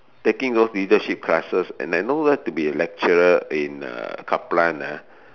taking those leadership classes and then want to be a lecturer in uh Kaplan ah